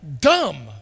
dumb